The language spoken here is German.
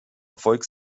erfolg